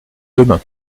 demain